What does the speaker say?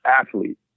Athlete